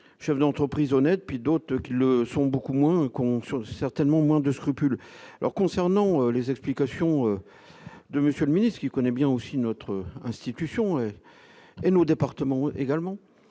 chefs d'entreprise, honnêtes, puis d'autres qui le sont beaucoup moins con sur certainement moins de scrupules alors concernant les explications de Monsieur le Ministre, qui connaît bien aussi notre institution et nous départements également,